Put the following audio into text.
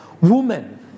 woman